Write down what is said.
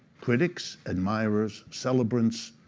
critics, admirers, celebrants,